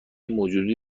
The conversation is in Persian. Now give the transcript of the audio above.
موجودی